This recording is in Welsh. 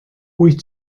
wyt